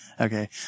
Okay